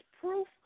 proof